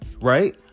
Right